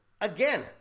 again